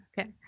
Okay